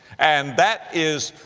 and that is,